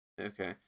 Okay